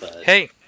Hey